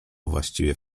właściwie